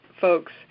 folks